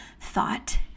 thought